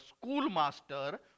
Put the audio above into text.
schoolmaster